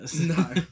No